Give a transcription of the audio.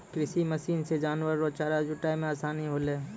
कृषि मशीन से जानवर रो चारा जुटाय मे आसानी होलै